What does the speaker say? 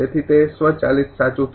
તેથી તે સ્વચાલિત સાચું થશે